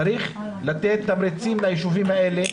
צריך לתת תמריצים לישובים האלה,